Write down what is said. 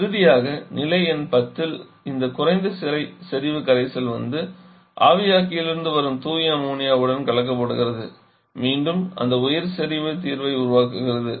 இறுதியாக நிலை எண் 10 இல் இந்த குறைந்த செறிவு கரைசல் வந்து ஆவியாக்கியிலிருந்து வரும் தூய அம்மோனியாவுடன் கலக்கப்படுகிறது மீண்டும் அந்த உயர் செறிவு தீர்வை உருவாக்குகிறது